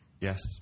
Yes